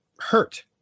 hurt